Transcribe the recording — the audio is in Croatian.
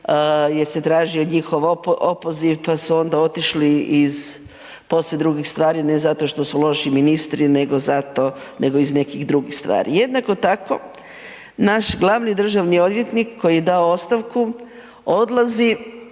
jer se tražio njihov opoziv, pa su onda otišli iz posve drugih stvari, ne zato što su loši ministri, nego zato, nego iz nekih drugih stvari. Jednako tako naš glavni državni odvjetnik koji je dao ostavku odlazi